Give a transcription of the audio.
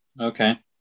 Okay